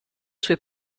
sue